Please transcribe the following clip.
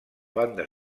banda